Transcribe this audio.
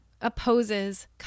opposes